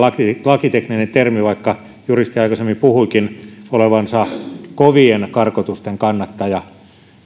lakitekninen termi kun juristi aikaisemmin puhui olevansa kovien karkotusten kannattaja